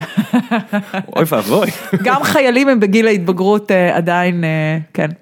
גם חיילים הם בגיל ההתבגרות עדיין כן.